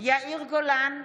יאיר גולן,